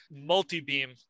multi-beam